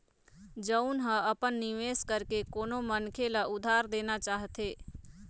जउन ह अपन निवेश करके कोनो मनखे ल उधार देना चाहथे